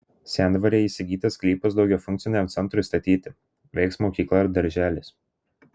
sendvaryje įsigytas sklypas daugiafunkciam centrui statyti veiks mokykla ir darželis